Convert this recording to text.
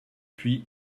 puis